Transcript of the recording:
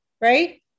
right